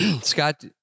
Scott